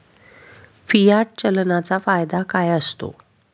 Fiat चलनाचा फायदा काय असतो?